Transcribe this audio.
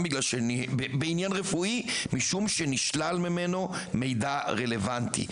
בעניין רפואי משום שנשלל ממנו מידע רלוונטי.